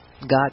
God